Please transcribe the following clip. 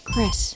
Chris